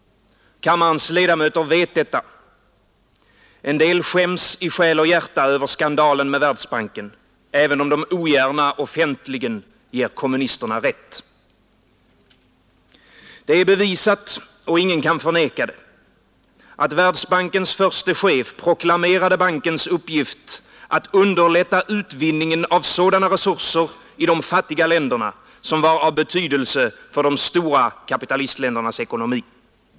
Kammarens ledamöter vet detta. En del skäms i själ och hjärta över skandalen med Världsbanken, även om de ogärna offentligen ger kommunisterna rätt. Det är bevisat, och ingen kan förneka det, att Världsbankens förste chef proklamerade bankens uppgift vara att underlätta utvinningen av sådana resurser i de fattiga länderna som var av betydelse för de stora kapitalistländernas ekonomi.